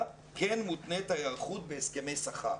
וכן מותנית ההיערכות בהסכמי שכר".